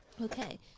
Okay